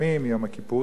מיום הכיפורים.